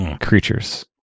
creatures